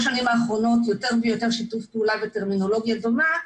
השנים האחרונות יותר ויותר שיתוף פעולה וטרמינולוגיה דומה,